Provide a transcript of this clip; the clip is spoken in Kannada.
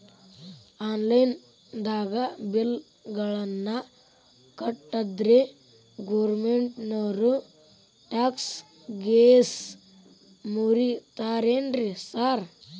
ಆನ್ಲೈನ್ ದಾಗ ಬಿಲ್ ಗಳನ್ನಾ ಕಟ್ಟದ್ರೆ ಗೋರ್ಮೆಂಟಿನೋರ್ ಟ್ಯಾಕ್ಸ್ ಗೇಸ್ ಮುರೇತಾರೆನ್ರಿ ಸಾರ್?